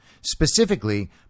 Specifically